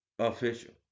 official